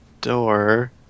Door